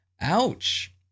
Ouch